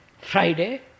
Friday